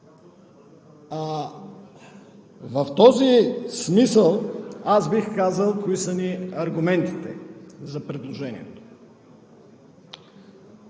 В този смисъл аз бих казал кои са ни аргументите за предложението.